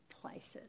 places